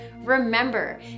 remember